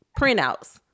printouts